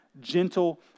gentle